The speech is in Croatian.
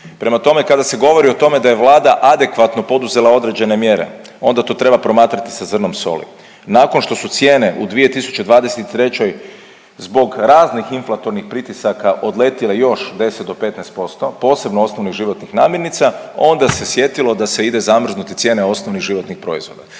Prema tome, kada se govori o tome da je Vlada adekvatno poduzela određene mjere onda to treba promatrati sa zrnom soli. Nakon što su cijene u 2023. zbog raznih inflatornih pritisaka odletile još 10 do 15% posebno osnovnih životnih namirnica, onda se sjetilo da se ide zamrznuti cijene osnovnih životnih proizvoda.